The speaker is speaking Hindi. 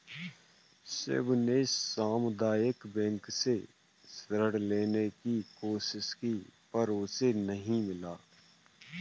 शिव ने सामुदायिक बैंक से ऋण लेने की कोशिश की पर उसे नही मिला